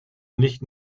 nicht